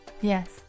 Yes